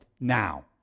now